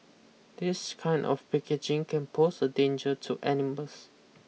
this kind of packaging can pose a danger to animals